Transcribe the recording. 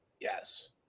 Yes